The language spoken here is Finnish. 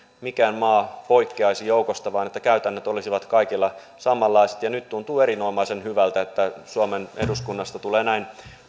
mikään maa poikkeaisi joukosta vaan että käytännöt olisivat kaikilla samanlaiset ja nyt tuntuu erinomaisen hyvältä että suomen eduskunnasta tulee näin